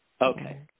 Okay